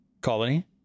colony